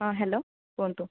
ହଁ ହ୍ୟାଲୋ କୁହନ୍ତୁ